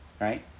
right